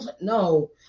No